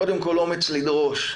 קודם כל אומץ לדרוש,